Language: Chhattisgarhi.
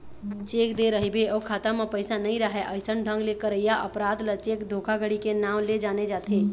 चेक दे रहिबे अउ खाता म पइसा नइ राहय अइसन ढंग ले करइया अपराध ल चेक धोखाघड़ी के नांव ले जाने जाथे